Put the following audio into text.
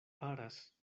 faras